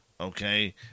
Okay